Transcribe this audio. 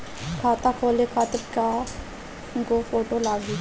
खाता खोले खातिर कय गो फोटो लागी?